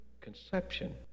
conception